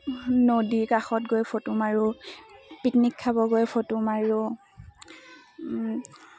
নদীৰ কাষত গৈ ফটো মাৰোঁ পিকনিক খাব গৈ ফটো মাৰোঁ